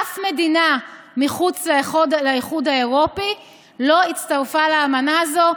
אף מדינה מחוץ לאיחוד האירופי לא הצטרפה לאמנה הזו.